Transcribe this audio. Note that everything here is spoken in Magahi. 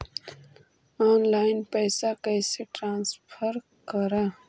ऑनलाइन पैसा कैसे ट्रांसफर कैसे कर?